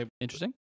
Interesting